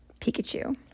Pikachu